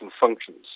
functions